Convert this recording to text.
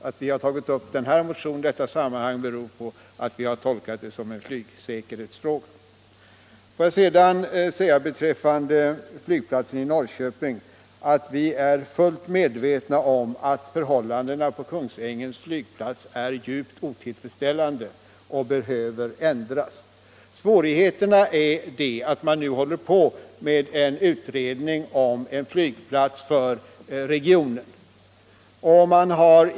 Att vi har tagit upp den här motionen i detta sammanhang beror på att vi har tolkat den så att det gäller en flygsäkerhetsfråga. Vi är fullt medvetna om att förhållandena på Kungsängens flygplats i Norrköping är djupt otillfredsställande och behöver ändras. Svårigheten är att man håller på med en utredning om en flygplats för regionen.